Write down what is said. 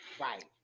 Right